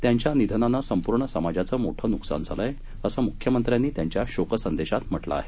त्यांच्या निधनानं संपूर्ण समाजाचं मोठं नुकसान झालं आहे असं मुख्यमंत्र्यांनी त्यांच्या शोकसंदेशात म्हटलं आहे